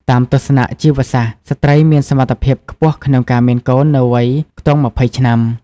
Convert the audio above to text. តាមទស្សនៈជីវសាស្ត្រ ស្ត្រីមានសមត្ថភាពខ្ពស់ក្នុងការមានកូននៅវ័យខ្ទង់ ២០ ឆ្នាំ ។